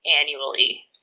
annually